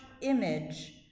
image